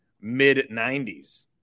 mid-90s